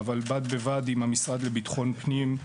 אבל בד בבד עם המשרד לביטחון פנים,